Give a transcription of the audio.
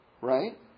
Right